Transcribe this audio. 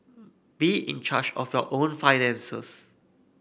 be in charge of your own finances